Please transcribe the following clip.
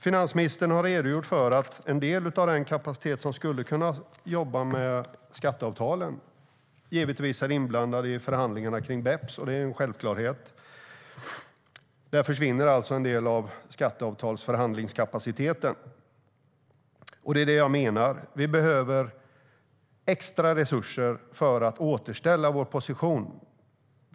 Finansministern har redogjort för att en del av den kapacitet som skulle kunna jobba med skatteavtalen är inblandad i förhandlingarna om BEPS. Det är en självklarhet, men där försvinner alltså en del av skatteavtalsförhandlingskapaciteten. Det är det jag menar. Vi behöver extra resurser för att återställa vår position.